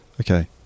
Okay